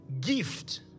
gift